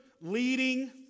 leading